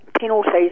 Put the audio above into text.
penalties